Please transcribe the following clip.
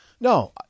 No